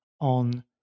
on